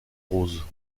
rose